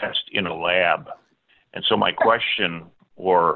test in a lab and so my question or